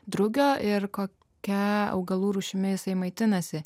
drugio ir kokia augalų rūšimi jis maitinasi